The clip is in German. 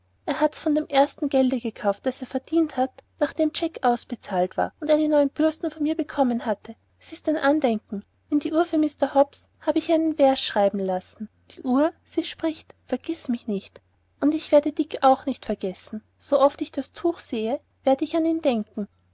er hat's von dem ersten gelde gekauft das er verdient hat nachdem jack ausbezahlt war und er die neuen bürsten von mir bekommen hatte s ist ein andenken in die uhr für mr hobbs hab ich einen vers schreiben lassen die uhr sie spricht vergiß mich nicht und ich werde dick auch nicht vergessen so oft ich das tuch sehe werde ich an ihn denken